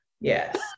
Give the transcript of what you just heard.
Yes